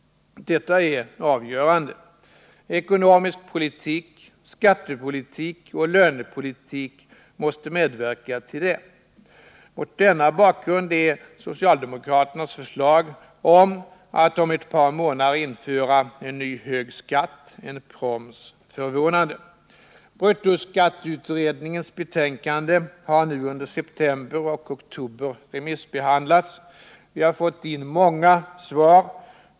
Detta är avgörande. Ekonomisk politik, skattepolitik och lönepolitik måste medverka till detta. Mot denna bakgrund är socialdemokraternas förslag om att om ett par månader införa en ny hög skatt, en proms, förvånande. Bruttoskatteutredningens betänkande har remissbehandlats under september och oktober. Vi har fått in många svar.